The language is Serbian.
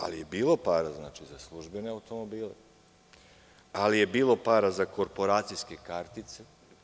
Ali je bilo para za službene automobile, ali je bilo para za korporacijske kartice.